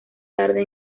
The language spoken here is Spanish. tarde